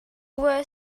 were